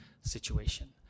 situation